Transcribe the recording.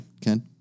Ken